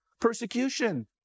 persecution